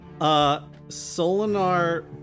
Solinar